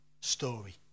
story